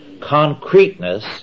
Concreteness